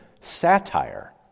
satire